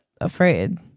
afraid